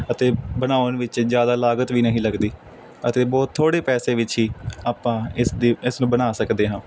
ਅਤੇ ਬਣਾਉਣ ਵਿੱਚ ਜ਼ਿਆਦਾ ਲਾਗਤ ਵੀ ਨਹੀਂ ਲਗਦੀ ਅਤੇ ਬਹੁਤ ਥੋੜ੍ਹੇ ਪੈਸੇ ਵਿੱਚ ਹੀ ਆਪਾਂ ਇਸ ਦੀ ਇਸ ਨੂੰ ਬਣਾ ਸਕਦੇ ਹਾਂ